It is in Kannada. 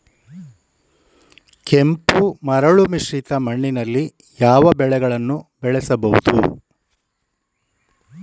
ಕೆಂಪು ಮರಳು ಮಿಶ್ರಿತ ಮಣ್ಣಿನಲ್ಲಿ ಯಾವ ಬೆಳೆಗಳನ್ನು ಬೆಳೆಸಬಹುದು?